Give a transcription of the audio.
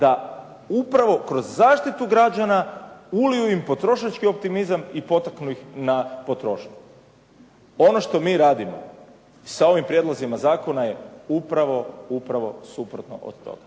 da upravo kroz zaštitu građana uliju im potrošački optimizam i potaknu ih na potrošnju. Ono što mi radimo sa ovim prijedlozima zakona je upravo suprotno od toga,